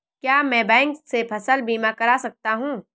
क्या मैं बैंक से फसल बीमा करा सकता हूँ?